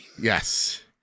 yes